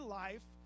life